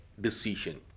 decision